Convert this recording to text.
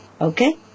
Okay